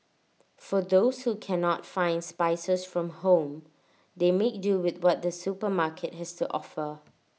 for those who cannot find spices from home they make do with what the supermarket has to offer